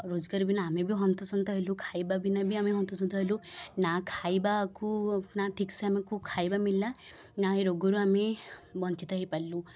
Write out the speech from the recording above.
ରୋଜଗାର ବିନା ଆମେ ବି ହନ୍ତସନ୍ତ ହେଲୁ ଖାଇବା ବିନା ବି ଆମେ ହନ୍ତସନ୍ତ ହେଲୁ ନା ଖାଇବାକୁ ନା ଠିକ୍ ସେ ଆମକୁ ଖାଇବା ମିଳିଲା ନା ଏ ରୋଗରୁ ଆମେ ବଞ୍ଚିତ ହେଇପାରିଲୁ